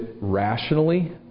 rationally